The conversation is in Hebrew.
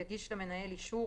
יגיש למנהל אישור,